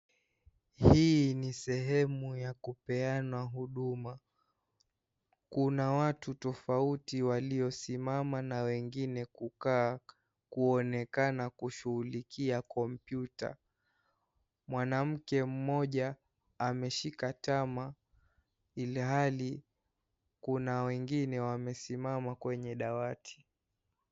Hii ni sehemu ya kupeana huduma. Kuna watu tofauti waliosimama na wengine kukaa kuonekana kushughulikia kompyuta. Mwanamke mmoja ameshika tama ilhali kuna wengine wamesimama kwenye dawati.